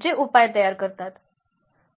जे उपाय तयार करतात